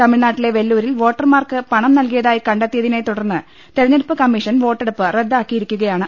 തമിഴ്നാട്ടിലെ വെല്ലൂരിൽ വോട്ടർമാർക്ക് പണംനൽകിയതായി കണ്ടെത്തിയതിനെ തുടർന്ന് തിരഞ്ഞെടുപ്പ് കമ്മിഷൻ വോട്ടെടുപ്പ് റദ്ദാക്കിയിരിക്കുകയാണ്